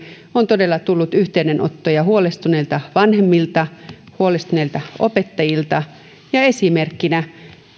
on tullut yhteydenottoja huolestuneilta vanhemmilta ja huolestuneilta opettajilta enemmän kuin edellisen kahdenkymmenenkahden vuoden aikana yhteensäkään ja esimerkkinä